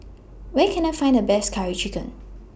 Where Can I Find The Best Curry Chicken